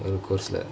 ஒறு:oru course